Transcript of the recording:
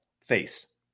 face